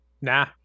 Nah